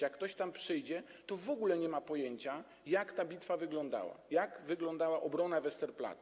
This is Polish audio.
Jak ktoś tam przyjdzie, to w ogóle nie ma pojęcia, jak ta bitwa przebiegała, jak wyglądała obrona Westerplatte.